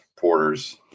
porters